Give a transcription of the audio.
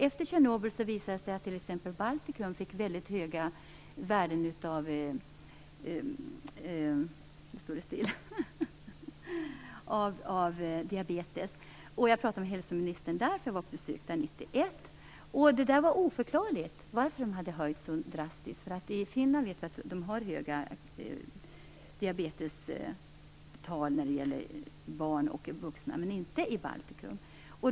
Efter Tjernobyl visade det sig att t.ex. Baltikum fick väldigt många fall av diabetes. Jag pratade med hälsoministern när jag var på besök där 1991. Det var oförklarligt varför detta hade ökat så drastiskt. Vi vet att de har höga diabetestal i Finland, men så har det inte varit i Baltikum.